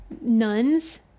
nuns